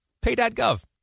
pay.gov